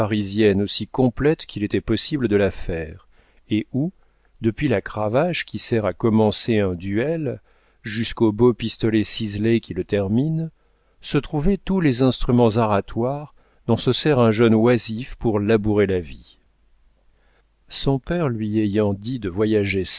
aussi complète qu'il était possible de la faire et où depuis la cravache qui sert à commencer un duel jusqu'aux beaux pistolets ciselés qui le terminent se trouvaient tous les instruments aratoires dont se sert un jeune oisif pour labourer la vie son père lui ayant dit de voyager